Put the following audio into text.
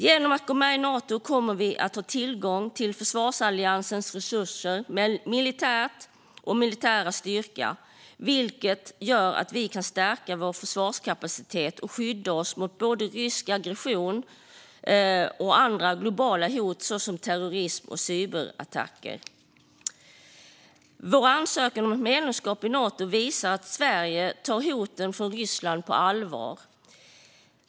Genom att gå med i Nato kommer vi att ha tillgång till försvarsalliansens resurser och militära styrka, vilket gör att vi kan stärka vår försvarskapacitet och skydda oss mot både rysk aggression och andra globala hot såsom terrorism och cyberattacker. Vår ansökan om medlemskap i Nato visar att Sverige tar hoten från Ryssland på allvar.